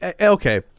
Okay